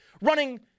running